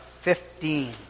fifteen